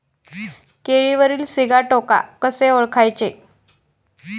केळीवरील सिगाटोका कसे ओळखायचे?